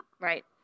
right